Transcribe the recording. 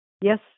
Yes